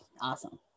awesome